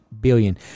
billion